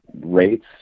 rates